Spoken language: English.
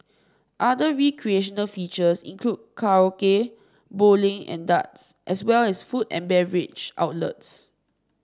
other recreational features include karaoke bowling and darts as well as food and beverage outlets